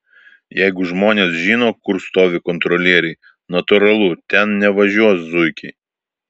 jeigu žmonės žino kur stovi kontrolieriai natūralu ten nevažiuos zuikiai